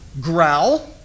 growl